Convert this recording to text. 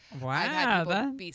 wow